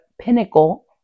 pinnacle